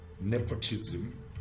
nepotism